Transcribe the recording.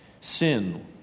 sin